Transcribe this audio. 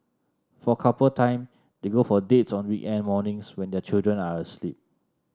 for couple time they go for dates on weekend mornings when their children are asleep